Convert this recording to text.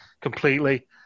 completely